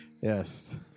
yes